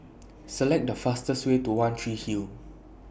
Select The fastest Way to one Tree Hill